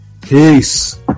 peace